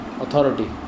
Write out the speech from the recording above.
authority